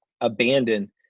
abandon